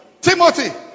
Timothy